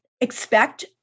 expect